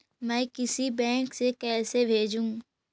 मैं किसी बैंक से कैसे भेजेऊ